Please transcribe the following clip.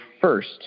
first